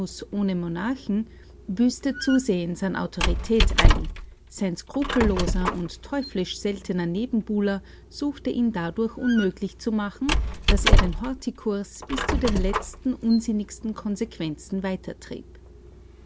ohne monarchen büßte zusehends an autorität ein sein skrupelloser und teuflisch seltener nebenbuhler suchte ihn dadurch unmöglich zu machen daß er den horthy-kurs bis zu den letzten unsinnigsten konsequenzen